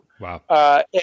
Wow